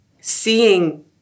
seeing